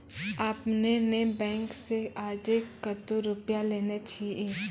आपने ने बैंक से आजे कतो रुपिया लेने छियि?